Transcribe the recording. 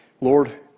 Lord